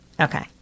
Okay